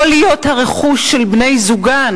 לא להיות הרכוש של בני-זוגן.